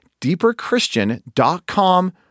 deeperchristian.com